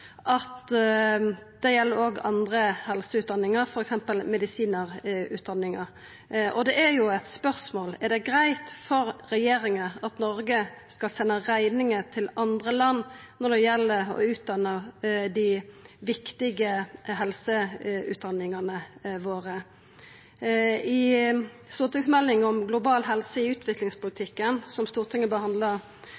det òg gjeld andre helseutdanningar, f.eks. medisinarutdanninga. Da er spørsmålet: Er det greitt for regjeringa at Noreg sender rekninga til andre land når det gjeld å utdanna dei viktige helseprofesjonane våre? I stortingsmeldinga om global helse i